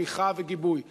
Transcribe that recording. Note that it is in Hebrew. תמיכה וגיבוי,